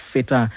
Feta